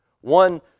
One